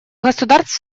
государств